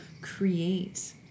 create